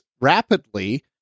rapidly